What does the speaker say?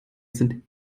sind